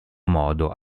modo